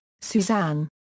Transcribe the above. Suzanne